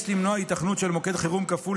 יש למנוע היתכנות של מוקד חירום כפול